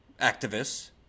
activists